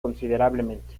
considerablemente